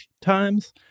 Times